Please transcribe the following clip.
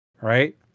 Right